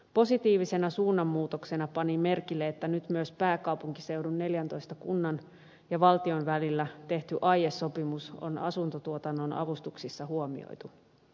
positiivisena suunnanmuutoksena panin merkille että nyt myös pääkaupunkiseudun neljäntoista kunnan ja valtion välillä tehty aiesopimus on asuntotuotannon avustuksissa huomioitu